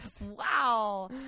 wow